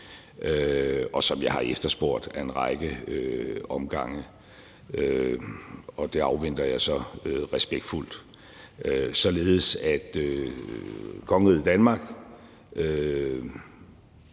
og som jeg har efterspurgt ad en række omgange – og det afventer jeg så respektfuldt – således at kongeriget Danmark